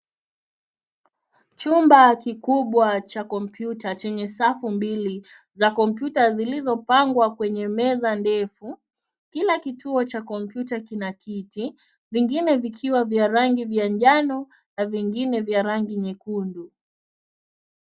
Chumba kikubwa cha kompyuta chenye safu mbili za kompyuta zilizopangwa kwenye meza ndefu. Kila kituo cha kompyuta kina kiti, vingine vikiwa vya rangi ya njano na vingine vya rangi nyekundu.